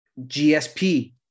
GSP